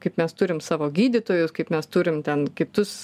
kaip mes turim savo gydytojus kaip mes turim ten kitus